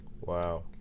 Wow